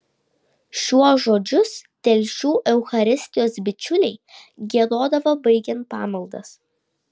šiuos žodžius telšių eucharistijos bičiuliai giedodavo baigiant pamaldas